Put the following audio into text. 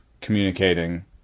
communicating